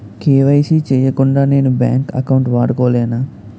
KYC చేయకుండా నేను bank account వాడుకొలేన?